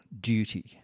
duty